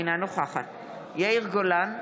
אינה נוכחת יאיר גולן,